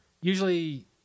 usually